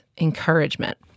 encouragement